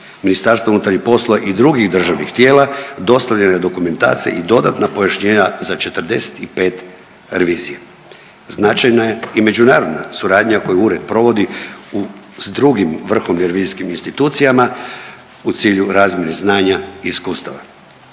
odvjetništva MUP i drugih državnih tijela dostavljena je dokumentacija i dodatna pojašnjenja za 45 revizija. Značajna je i međunarodna suradnja koju ured provodi s drugim vrhovnim revizijskim institucijama u cilju razmjene znanja i iskustava.